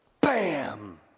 bam